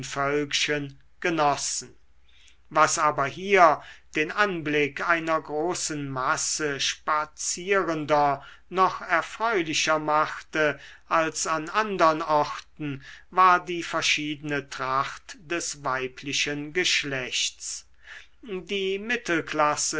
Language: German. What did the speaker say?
völkchen genossen was aber hier den anblick einer großen masse spazierender noch erfreulicher machte als an andern orten war die verschiedene tracht des weiblichen geschlechts die mittelklasse